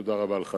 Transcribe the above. תודה רבה לך,